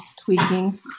tweaking